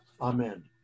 Amen